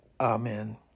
Amen